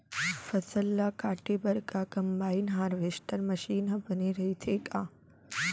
फसल ल काटे बर का कंबाइन हारवेस्टर मशीन ह बने रइथे का?